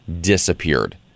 disappeared